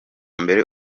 mbere